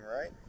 right